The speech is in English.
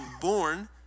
born